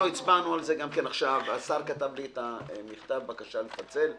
הצבענו על זה - השר כתב לי את מכתב הבקשה לפצל,